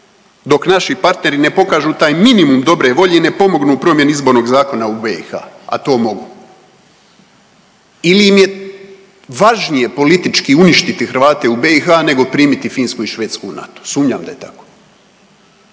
dok naši partneri ne pokažu taj minimum dobre volje i ne pomognu promjeni izbornog zakona u BiH, a to mogu ili im je važnije politički uništiti Hrvate u BiH nego primiti Finsku i Švedsku u NATO. Sumnjam da je tako.